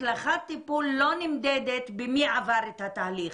הצלחת טיפול לא נמדדת במי עבר את התהליך,